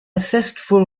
zestful